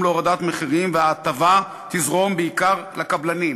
להורדת מחירים וההטבה תזרום בעיקר לקבלנים,